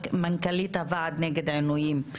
מנכ"לית הוועד נגד עינויים.